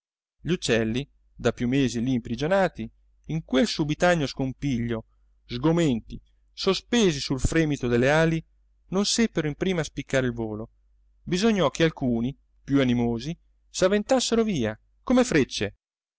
gli uccelli da più mesi lì imprigionati in quel subitaneo scompiglio sgomenti sospesi sul fremito delle ali non seppero in prima spiccare il volo bisognò che alcuni più animosi s'avventassero via come frecce